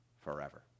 forever